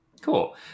Cool